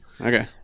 Okay